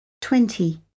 twenty